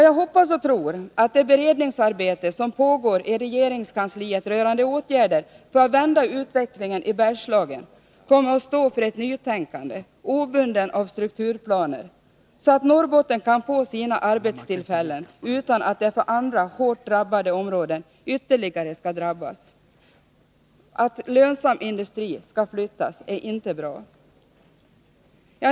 Jag hoppas och tror att det beredningsarbete som pågår i regeringskansliet rörande åtgärder för att vända utvecklingen i Bergslagen kommer att stå för ett nytänkande — obundet av strukturplaner — så att Norrbotten kan få sina arbetstillfällen utan att därför andra hårt drabbade områden ytterligare skall drabbas. Att lönsam industri skall flyttas är inte bra.